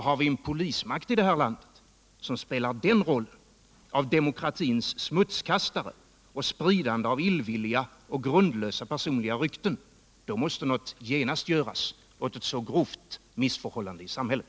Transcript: Har vien polismakt i det här landet som spelar rollen av demokratins smutskastare och spridare av illvilja och grundlösa personliga rykten, då måste någonting genast göras åt ett så grovt missförhållande i samhället.